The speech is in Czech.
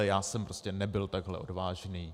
Já jsem prostě nebyl takhle odvážný.